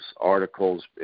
articles